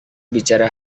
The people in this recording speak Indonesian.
bicara